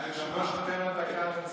אתמול לא הייתי.